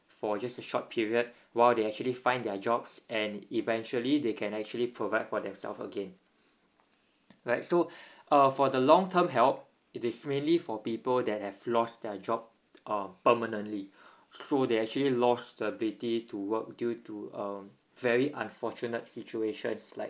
for just a short period while they actually find their jobs and eventually they can actually provide for them self again right so uh for the long term help it is mainly for people that have lost their job uh permanently so they actually lost the ability to work due to a very unfortunate situations like